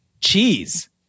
Cheese